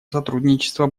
сотрудничество